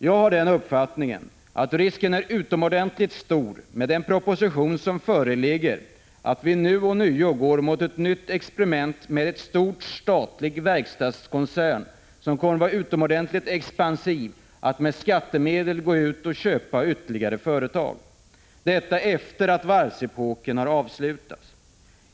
Jag har den uppfattningen att risken är utomordentligt stor, med den proposition som föreligger, att vi ånyo går mot ett nytt experiment med en stor statlig verkstadskoncern som kommer att vara utomordentligt expansiv och med skattemedel köpa ytterligare företag, detta efter det att varvsepoken har avslutats.